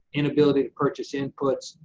inability to purchase inputs,